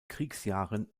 kriegsjahren